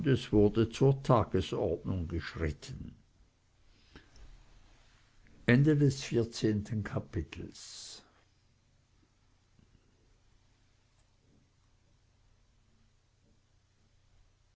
wurde zur tagesordnung geschritten fünfzehntes kapitel